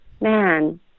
man